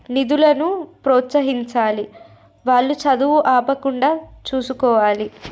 నిధులను ప్రోత్సహించాలి వాళ్ళు చదువు ఆపకుండా చూసుకోవాలి